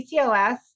PCOS